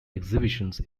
exhibitions